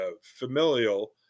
familial